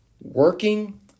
working